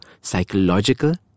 psychological